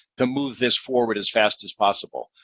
to move this forward as fast as possible?